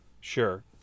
Sure